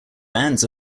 bands